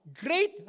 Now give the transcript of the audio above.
Great